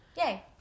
Yay